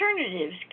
alternatives